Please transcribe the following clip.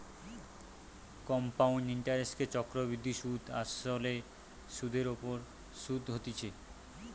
compound ইন্টারেস্টকে চক্রবৃদ্ধি সুধ আসলে সুধের ওপর শুধ হতিছে